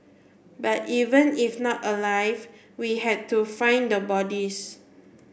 but even if not alive we had to find the bodies